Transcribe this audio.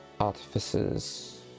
artifices